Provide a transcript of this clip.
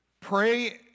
pray